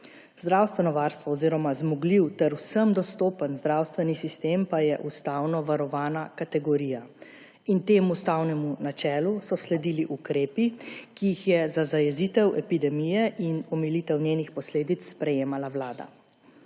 Zdravstveno varstvo oziroma zmogljiv ter vsem dostopen zdravstveni sistem pa je ustavno varovana kategorija. Temu ustavnemu načelo so sledili ukrepi, ki jih je za zajezitev epidemije in omilitev njenih posledic sprejemala vlada.